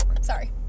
Sorry